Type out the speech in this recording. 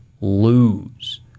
lose